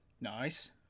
Nice